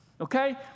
Okay